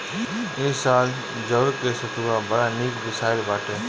इ साल जवे के सतुआ बड़ा निक पिसाइल बाटे